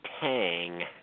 Tang